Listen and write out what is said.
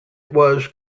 was